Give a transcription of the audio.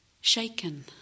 shaken